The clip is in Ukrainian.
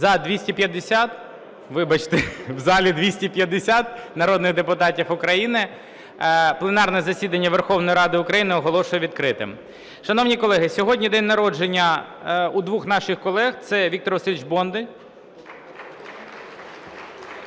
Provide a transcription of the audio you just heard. залі 250 народних депутатів України. Пленарне засідання Верховної Ради України оголошую відкритим. Шановні колеги, сьогодні день народження у двох наших колег – це Віктор Васильович Бондар